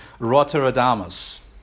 Rotterdamus